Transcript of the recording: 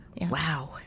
Wow